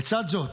לצד זאת,